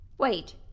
Wait